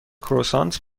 کروسانت